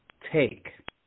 take